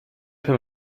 him